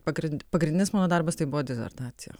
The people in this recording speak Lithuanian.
pagrin pagrindinis mano darbas tai buvo disertacija